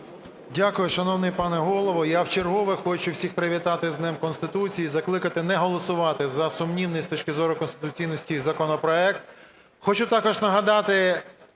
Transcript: Дякую, шановний пане Голово. Я вчергове хочу всіх привітати з Днем Конституції і закликати не голосувати за сумнівний з точки зору конституційності законопроект.